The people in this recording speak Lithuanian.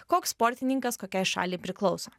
koks sportininkas kokiai šaliai priklauso